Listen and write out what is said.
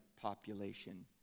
population